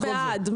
אני בעד.